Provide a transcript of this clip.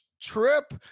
trip